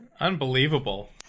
Unbelievable